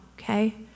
okay